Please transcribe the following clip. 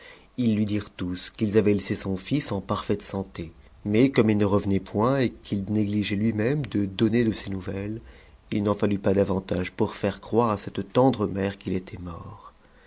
ils lui dirent tous qu'ils avaient laissé son fils en parfaite santé mais comme il ne revenait point et qu'il négligeait lui-même de donner de ses nouvelles il n'en fallut pas davantage pour faire croire à cette tendre mère qu'il était mort